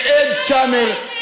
ואד צ'אנר,